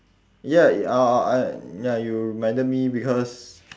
ya uh uh uh ya you reminded me because